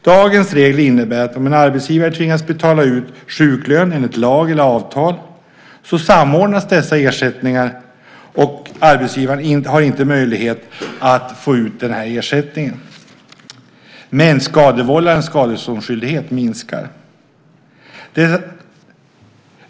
Dagens regler innebär att om en arbetsgivare tvingas betala ut sjuklön enligt lag eller avtal samordnas dessa ersättningar och arbetsgivaren har inte möjlighet att få ut den här ersättningen, men skadevållarens skadeståndsskyldighet minskar.